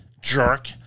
jerk